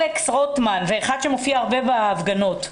אלכס רוטמן, אחד שמופיע הרבה בהפגנות: